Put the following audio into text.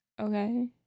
Okay